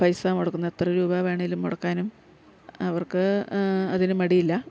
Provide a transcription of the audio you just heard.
പൈസ മുടക്കുന്നത് എത്രരൂപ വേണേലും മുടക്കാനും അവർക്ക് അതിന് മടിയില്ല